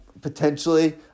potentially